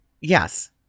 Yes